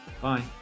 Bye